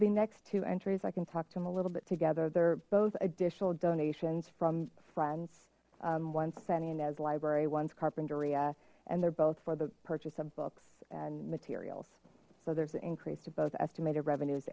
be next to entries i can talk to them a little bit together they're both additional donations from friends once sent in as library ones carpinteria and they're both for the purchase of books and materials so there's an increase to both estimated revenues